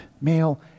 male